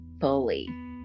fully